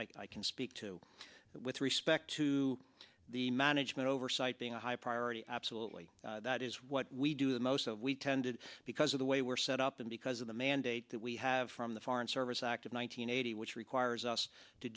i can speak to with respect to the management oversight being a high priority absolutely that is what we do the most of we tended because of the way we're set up and because of the mandate that we have from the foreign service act of one nine hundred eighty which requires us to